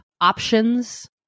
options